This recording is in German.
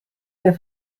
der